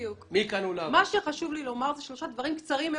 חשוב לי לומר שלושה דברים קצרים.